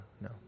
No